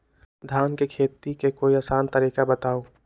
धान के खेती के कोई आसान तरिका बताउ?